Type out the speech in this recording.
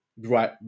right